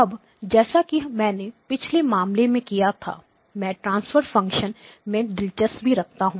अब जैसा कि मैंने पिछले मामले में किया था मैं ट्रांसफर फंक्शन में दिलचस्पी रखता हूं